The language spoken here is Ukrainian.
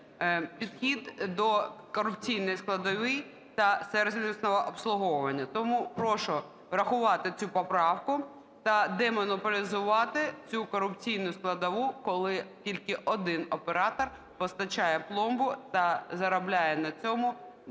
підхід до корупційної складової та сервісного обслуговування. Тому прошу врахувати цю поправку та демонополізувати цю корупційну складову, коли тільки один оператор постачає пломбу та заробляє на цьому